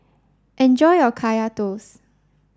enjoy your Kaya Toast